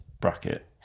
bracket